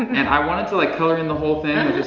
and i wanted to like color in the whole thing.